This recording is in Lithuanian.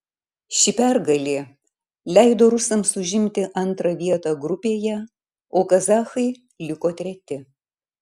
ši pergalė leido rusams užimti antrą vietą grupėje o kazachai liko treti